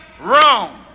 wrong